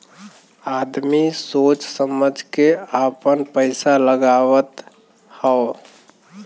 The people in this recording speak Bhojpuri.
आदमी सोच समझ के आपन पइसा लगावत हौ